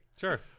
Sure